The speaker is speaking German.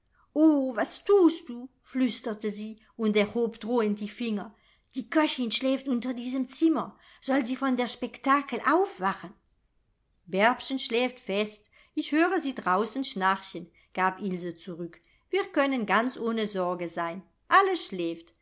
o was thust du flüsterte sie und erhob drohend die finger die köchin schläft unter dieser zimmer soll sie von der spektakel aufwachen bärbchen schläft fest ich höre sie draußen schnarchen gab ilse zurück wir können ganz ohne sorge sein alles schläft